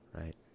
right